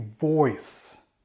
voice